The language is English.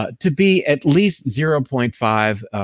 ah to be at least zero point five,